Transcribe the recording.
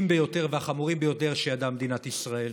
ביותר והחמורים ביותר שידעה מדינת ישראל.